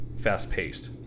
fast-paced